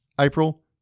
April